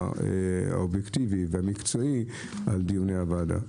האובייקטיבי והמקצועי על דיוני הוועדה.